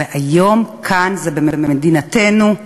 והיום, כאן, זה במדינתנו.